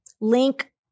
link